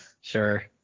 Sure